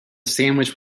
sandwich